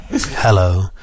Hello